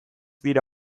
dira